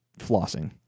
flossing